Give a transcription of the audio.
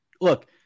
Look